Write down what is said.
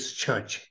church